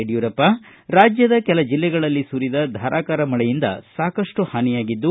ಯಡಿಯೂರಪ್ಪ ಮಾತನಾಡಿ ರಾಜ್ಯದ ಕೆಲ ಜಿಲ್ಲೆಗಳಲ್ಲಿ ಸುರಿದ ಧಾರಾಕಾರ ಮಳೆಯಿಂದ ಸಾಕಪ್ಟು ಹಾನಿಯಾಗಿದ್ದು